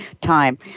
time